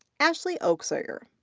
ashley auxier.